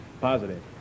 Positive